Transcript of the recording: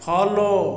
follow